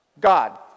God